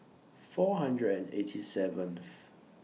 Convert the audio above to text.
four hundred and eighty seventh